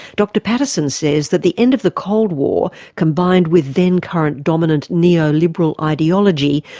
dr patterson says that the end of the cold war, combined with then current dominant neoliberal ideology,